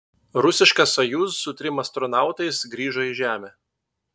rusiška sojuz su trim astronautais grįžo į žemę